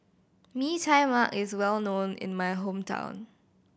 Mee Tai Mak is well known in my hometown